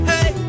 Hey